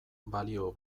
balio